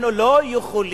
אנחנו לא יכולים